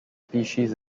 species